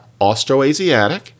Austroasiatic